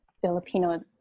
Filipino